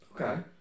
Okay